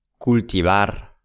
cultivar